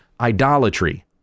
idolatry